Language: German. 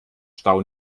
stau